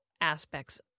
aspects